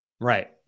Right